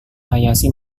hayashi